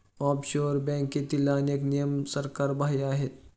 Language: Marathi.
ऑफशोअर बँकेतील अनेक नियम सरकारबाहेर आहेत